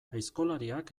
aizkolariak